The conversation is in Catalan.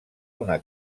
una